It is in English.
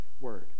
Word